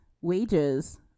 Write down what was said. wages